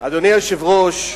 אדוני היושב-ראש,